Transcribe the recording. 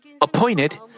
appointed